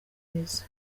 rwiza